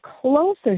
closer